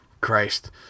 Christ